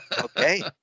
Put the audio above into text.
Okay